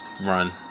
run